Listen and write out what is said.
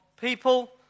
people